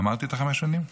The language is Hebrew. אמרתי את חמש השנים?